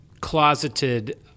closeted